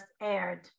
aired